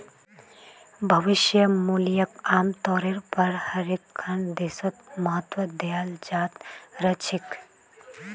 भविष्य मूल्यक आमतौरेर पर हर एकखन देशत महत्व दयाल जा त रह छेक